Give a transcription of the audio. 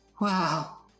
Wow